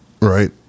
right